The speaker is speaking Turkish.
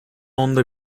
onda